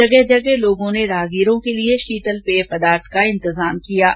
जगह जगह लोगों ने राहगीरों के लिये शीतल पेय पदार्थ के इंतजाम किये है